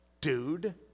dude